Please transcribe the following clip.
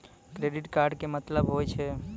Credit card के मतलब होय छै?